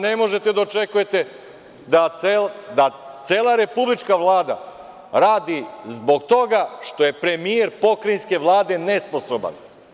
Ne možete da očekujete da cela Republička Vlada radi zbog toga što je premijer Pokrajinske Vlade nesposoban.